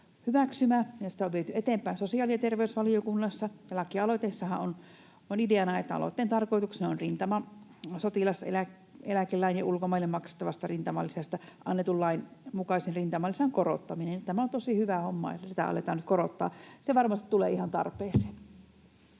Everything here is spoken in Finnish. ja sitä on viety eteenpäin sosiaali- ja terveysvaliokunnassa. Lakialoitteessahan ideana, aloitteen tarkoituksena, on rintamasotilaseläkelain ja ulkomaille maksettavasta rintamalisästä annetun lain mukaisen rintamalisän korottaminen. Tämä on tosi hyvä homma, että sitä aletaan nyt korottaa. Se varmasti tulee ihan tarpeeseen.